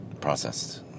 processed